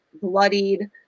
bloodied